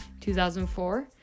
2004